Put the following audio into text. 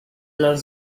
los